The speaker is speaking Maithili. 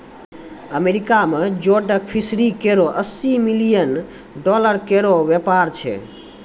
अमेरिका में जोडक फिशरी केरो अस्सी मिलियन डॉलर केरो व्यापार छै